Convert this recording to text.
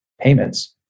payments